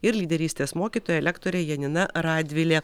ir lyderystės mokytoja lektorė janina radvilė